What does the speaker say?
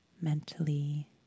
mentally